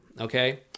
okay